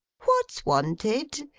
what's wanted?